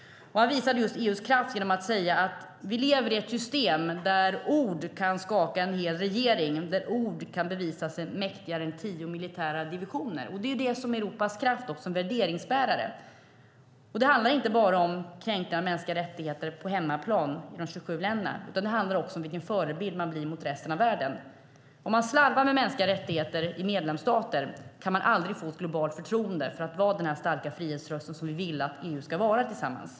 Han visade just EU:s kraft genom att säga: Vi lever i ett system där ord kan skaka en hel regering, där ord kan bevisa sig mäktigare än tio militära divisioner. Det är det som är Europas kraft. Det är en värderingsbärare. Det handlar inte bara om kränkningar av mänskliga rättigheter på hemmaplan, i de 27 länderna. Det handlar också om vilken förebild man blir gentemot resten av världen. Om man slarvar med mänskliga rättigheter i medlemsstater kan man aldrig få ett globalt förtroende när det gäller att vara den starka frihetsrörelse som vi vill att EU ska vara.